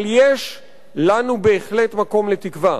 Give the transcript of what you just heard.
אבל יש לנו בהחלט מקום לתקווה,